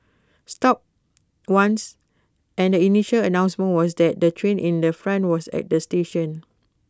stopped once and the initial announcement was that the train in the front was at the station